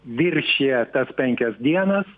viršija tas penkias dienas